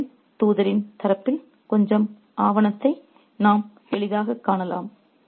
ராஜாவின் தூதரின் தரப்பில் கொஞ்சம் ஆணவத்தை நாம் எளிதாகக் காணலாம்